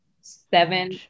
Seven